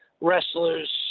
wrestlers